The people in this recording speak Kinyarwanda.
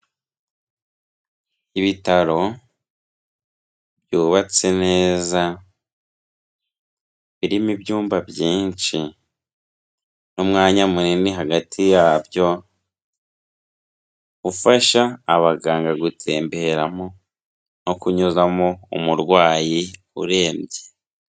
Ibitaro byubatse neza birimo ibyumba byinshi n'umwanya munini hagati yabyo, ufasha abaganga gutemberamo no kunyuzamo umurwayi urembye.